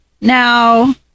now